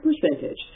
percentage